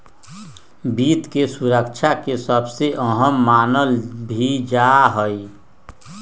वित्त के सुरक्षा के सबसे अहम मानल भी जा हई